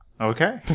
Okay